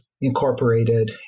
incorporated